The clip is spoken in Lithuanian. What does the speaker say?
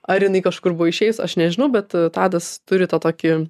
ar jinai kažkur išėjus aš nežinau bet tadas turi tą tokį